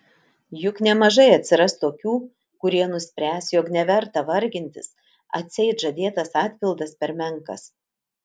juk nemažai atsiras tokių kurie nuspręs jog neverta vargintis atseit žadėtas atpildas per menkas